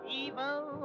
evil